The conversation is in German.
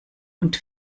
und